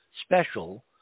special